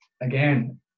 again